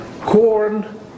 corn